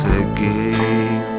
again